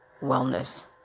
wellness